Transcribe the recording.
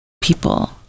people